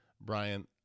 Brian